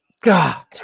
God